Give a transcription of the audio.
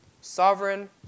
Sovereign